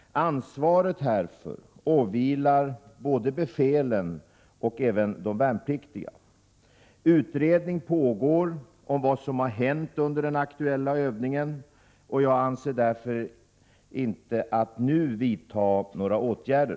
Ansvaret härför åvilar både befälen och de värnpliktiga. Utredning pågår om vad som hänt under den aktuella övningen. Jag avser därför inte att nu vidta några åtgärder.